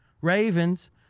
Ravens